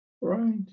Right